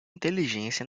inteligência